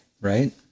Right